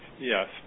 Yes